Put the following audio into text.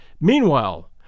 Meanwhile